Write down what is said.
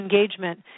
engagement